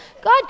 God